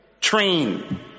Train